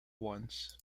once